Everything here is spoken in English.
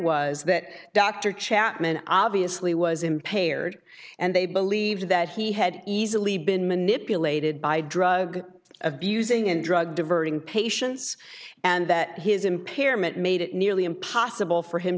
dr chapman obviously was impaired and they believed that he had easily been manipulated by drug abusing and drug diverting patients and that his impairment made it nearly impossible for him